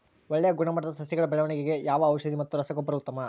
ಒಳ್ಳೆ ಗುಣಮಟ್ಟದ ಸಸಿಗಳ ಬೆಳವಣೆಗೆಗೆ ಯಾವ ಔಷಧಿ ಮತ್ತು ರಸಗೊಬ್ಬರ ಉತ್ತಮ?